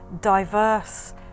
diverse